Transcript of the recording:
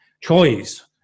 choice